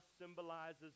symbolizes